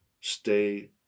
stay